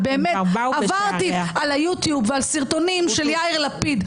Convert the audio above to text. עברתי על היוטיוב ועל סרטונים של יאיר לפיד,